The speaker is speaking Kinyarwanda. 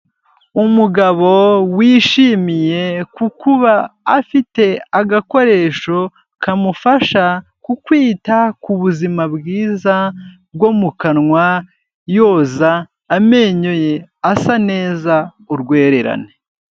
Umugabo wishimiye ku kuba afite agakoresho kamufasha ku kwita ku buzima bwiza bwo mu kanwa yoza amenyo ye, asa neza urwererane.